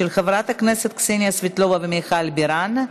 של חברות הכנסת קסניה סבטלובה ומיכל בירן.